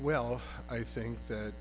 well i think that